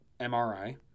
MRI